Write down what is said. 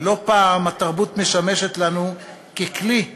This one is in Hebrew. לא פעם התרבות משמשת לנו ככלי להתמודדות.